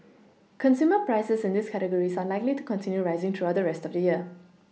consumer prices in these categories are likely to continue rising throughout the rest of the year